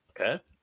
Okay